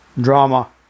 Drama